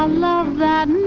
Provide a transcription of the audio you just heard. um love that